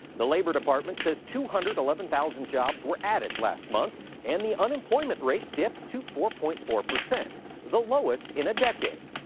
the labor department says two hundred and eleven thousand jobs were added last month and the unemployment rate dipped to four point four percent the lowest in a decade.